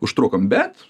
užtrukom bet